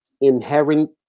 inherent